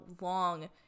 long